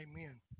Amen